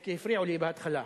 כי הפריעו לי בהתחלה.